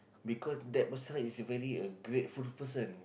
because that person is very a grateful person